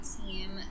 team